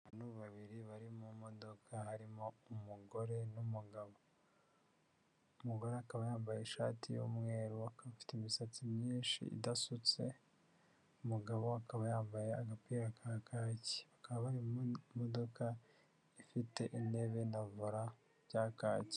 Abantu babiri bari mu modoka harimo umugore n'umugabo, umugore akaba yambaye ishati y'umweru akaba afite imisatsi myinshi idasutse, umugabo akaba yambaye agapira ka kake, bakaba bari mu modoka ifite intebe na vora bya kaki.